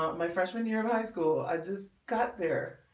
um my freshman year in high school i just got there